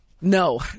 no